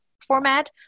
format